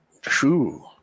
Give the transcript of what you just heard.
true